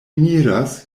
miras